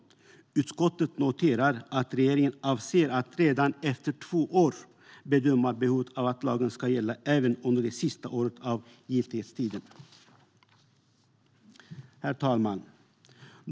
Utskottet noterar att regeringen avser att redan efter två år bedöma behovet av att lagen ska gälla även under det sista året av giltighetstiden. Herr talman!